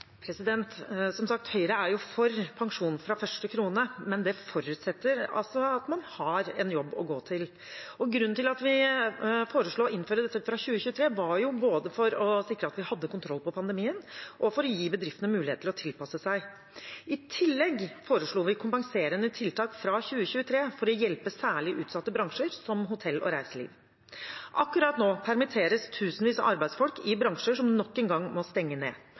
krone, men det forutsetter at man har en jobb å gå til. Grunnen til at vi foreslo å innføre dette fra 2023, var både at vi ville sikre at vi hadde kontroll på pandemien, og at vi ville gi bedriftene mulighet til å tilpasse seg. I tillegg foreslo vi kompenserende tiltak fra 2023 for å hjelpe særlig utsatte bransjer, som hotell og reiseliv. Akkurat nå permitteres tusenvis av arbeidsfolk i bransjer som nok en gang må stenge ned,